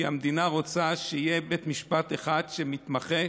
כי המדינה רוצה שיהיה בית משפט אחד שמתמחה,